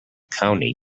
county